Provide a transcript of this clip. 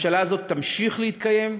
הממשלה הזאת תמשיך להתקיים,